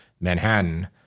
Manhattan